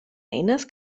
eines